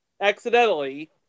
accidentally